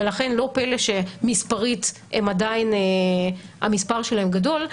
ולכן לא פלא שמספרית עדיין המספר שלהם גדול,